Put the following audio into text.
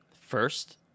First